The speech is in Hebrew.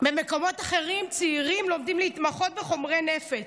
במקומות אחרים צעירים לומדים להתמחות בחומרי נפץ.